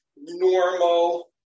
normal